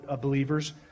believers